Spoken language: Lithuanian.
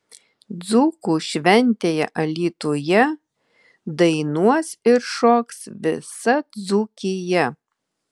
dzūkų šventėje alytuje dainuos ir šoks visa dzūkija